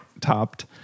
topped